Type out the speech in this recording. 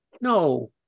no